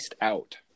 out